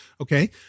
Okay